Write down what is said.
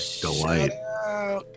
delight